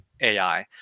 AI